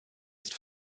ist